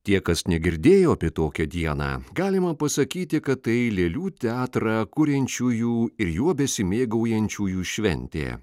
tie kas negirdėjo apie tokią dieną galima pasakyti kad tai lėlių teatrą kuriančiųjų ir juo besimėgaujančiųjų šventė